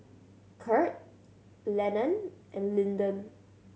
Kurt Lennon and Lyndon